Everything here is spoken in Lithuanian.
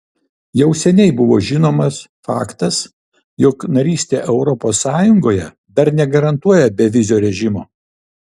jau seniai buvo žinomas faktas jog narystė europos sąjungoje dar negarantuoja bevizio režimo